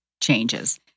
changes